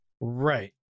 right